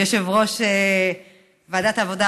יושב-ראש ועדת העבודה,